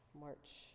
March